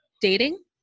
dating